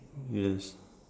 yes